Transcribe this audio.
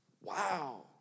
Wow